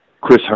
Chris